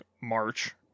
March